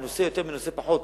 מנוסה יותר או מנוסה פחות,